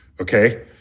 Okay